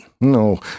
no